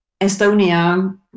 Estonia